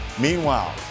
Meanwhile